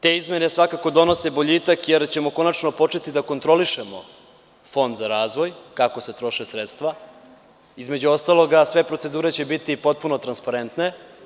Te izmene svakako donose boljitak jer ćemo konačno početi da kontrolišemo Fond za razvoj, kako se troše sredstva između ostalog, a sve procedure će biti potpuno transparentne.